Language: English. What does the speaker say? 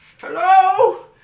Hello